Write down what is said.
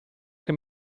che